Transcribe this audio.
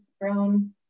grown